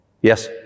Yes